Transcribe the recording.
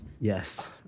Yes